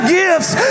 gifts